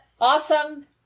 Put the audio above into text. Awesome